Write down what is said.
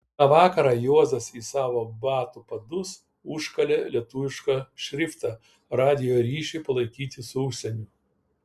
tą vakarą juozas į savo batų padus užkalė lietuvišką šriftą radijo ryšiui palaikyti su užsieniu